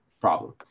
problem